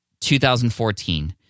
2014